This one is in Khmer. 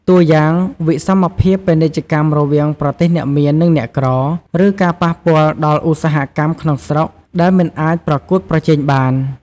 តួយ៉ាង វិសមភាពពាណិជ្ជកម្មរវាងប្រទេសអ្នកមាន និងអ្នកក្រ ឬការប៉ះពាល់ដល់ឧស្សាហកម្មក្នុងស្រុកដែលមិនអាចប្រកួតប្រជែងបាន។